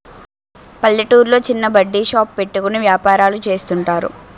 పల్లెటూర్లో చిన్న buddy shop పెట్టుకుని వ్యాపారాలు చేస్తుంటారు